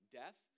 death